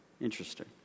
Interesting